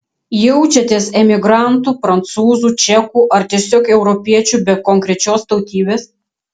jaučiatės emigrantu prancūzu čeku ar tiesiog europiečiu be konkrečios tautybės